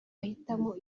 ahitamo